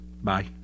Bye